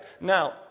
Now